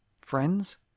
friends